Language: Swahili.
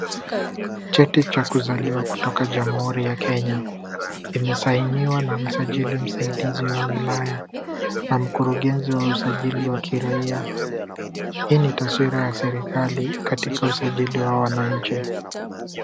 Cheti cha kuzaliwa kutoka jamhuri ya Kenya, imesainiwa na msajili msaidizi wa wilaya na mkurugenzi wa usajili wa kiraia. Hii ni taswira ya serikali katika usajili wa wananchi.